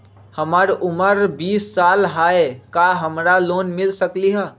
हमर उमर बीस साल हाय का हमरा लोन मिल सकली ह?